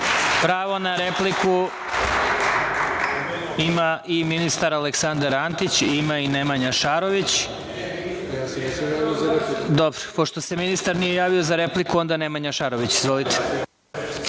na repliku ima i ministar Aleksandar Antić, ima i Nemanja Šarović. Dobro, pošto se ministar nije javio za repliku, onda Nemanja Šarović. Izvolite.